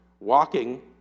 Walking